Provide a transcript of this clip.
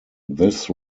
this